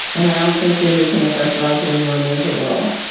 and i don't think we need to make ourselves any more miserable.